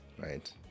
right